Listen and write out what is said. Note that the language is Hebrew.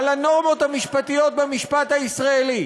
על הנורמות המשפטיות במשפט הישראלי,